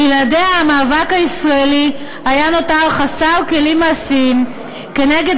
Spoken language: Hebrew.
בלעדיה המאבק הישראלי היה נותר חסר כלים מעשיים כנגד